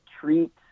treat